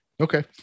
Okay